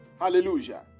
Hallelujah